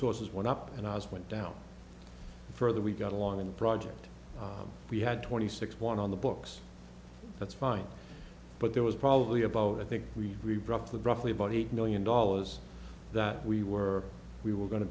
sources went up and i was went down further we got along in the project we had twenty six one on the books that's fine but there was probably about i think we dropped the roughly about eight million dollars that we were we were going to